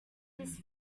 this